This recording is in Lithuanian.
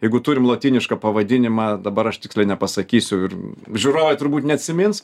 jeigu turim lotynišką pavadinimą dabar aš tiksliai nepasakysiu ir žiūrovai turbūt neatsimins